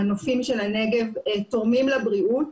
הנופים של הנגב תורמים לבריאות